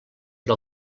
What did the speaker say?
per